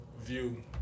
view